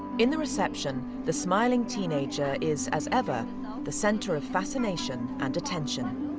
in the reception, the smiling teenager is as ever the centre of fascination and attention.